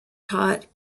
taught